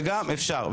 אפשר.